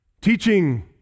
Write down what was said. Teaching